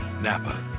NAPA